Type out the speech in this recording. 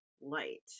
light